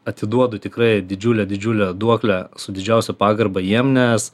atiduodu tikrai didžiulę didžiulę duoklę su didžiausia pagarba jiem nes